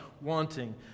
wanting